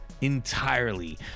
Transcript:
entirely